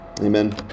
Amen